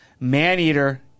Maneater